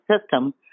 system